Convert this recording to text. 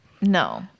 No